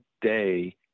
day